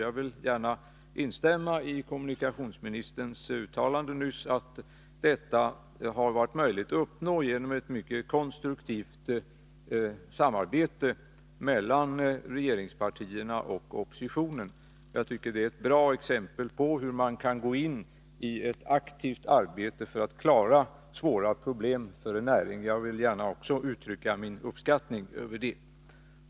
Jag vill gärna instämma i kommunikationsministerns uttalande nyss att detta har varit möjligt att uppnå genom ett mycket konstruktivt samarbete mellan regeringspartierna och oppositionen. Jag tycker att det är ett bra exempel på hur man kan gå in i ett aktivt arbete för att klara svåra problem för en näring. Jag vill också gärna uttrycka min uppskattning över det.